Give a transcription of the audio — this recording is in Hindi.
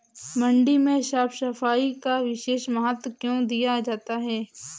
मंडी में साफ सफाई का विशेष महत्व क्यो दिया जाता है?